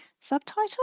subtitle